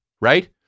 right